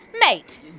mate